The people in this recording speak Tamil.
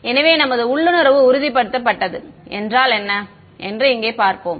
எனவே நமது உள்ளுணர்வு உறுதிப்படுத்தப்பட்டது என்றால் என்ன என்று இங்கே பார்ப்போம்